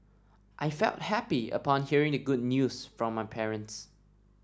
I felt happy upon hearing the good news from my parents